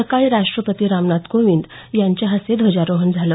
सकाळी राष्ट्रपती रामनाथ कोविंद यांच्या हस्ते ध्वजारोहण झालं